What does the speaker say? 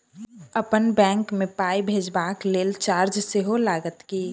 अप्पन बैंक मे पाई भेजबाक लेल चार्ज सेहो लागत की?